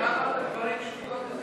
פספסתי, מה אמרת על גברים עם כיפות וזקנים?